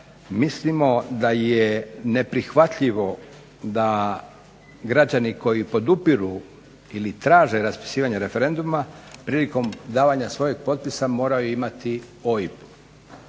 mislimo da je neprihvatljivo da građani koji podupiru ili traže raspisivanje referenduma prilikom davanja svojeg potpisa moraju imati OIB.